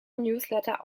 newsletter